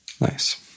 Nice